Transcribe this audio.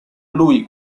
lui